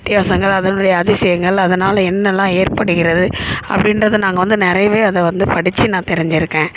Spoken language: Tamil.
வித்தியாசங்கள் அதனுடைய அதிசயங்கள் அதனால் என்னெல்லாம் ஏற்படுகிறது அப்படின்றத நாங்கள் வந்து நிறையவே அதை வந்து படித்து நான் தெரிஞ்சுருக்கேன்